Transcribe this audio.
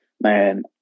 man